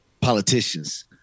politicians